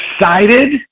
excited